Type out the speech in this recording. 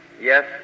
Yes